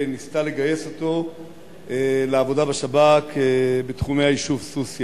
ניסתה לגייס אותו לעבודה בשב"כ בתחומי היישוב סוסיא.